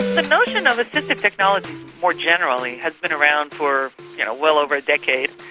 the notion of assisted technology more generally has been around for you know well over a decade,